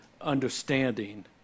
understanding